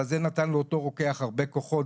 אבל זה נתן לאותו הרוקח הרבה כוחות